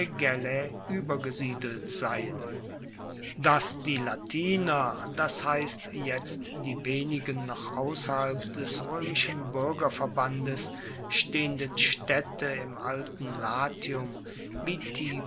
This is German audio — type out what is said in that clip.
uebergesiedelt seien dass die latiner das heisst jetzt die wenigen noch ausserhalb des roemischen buergerverbandes stehenden staedte im alten latium wie